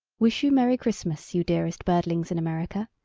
wish you merry christmas, you dearest birdlings in america!